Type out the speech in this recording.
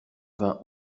vingt